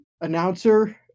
announcer